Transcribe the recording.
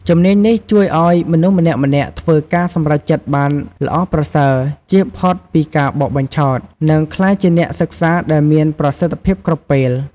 ជំនាញនេះជួយឲ្យមនុស្សម្នាក់ៗធ្វើការសម្រេចចិត្តបានល្អប្រសើរ ជៀសផុតពីការបោកបញ្ឆោត និងក្លាយជាអ្នកសិក្សាដែលមានប្រសិទ្ធភាពគ្រប់ពេល។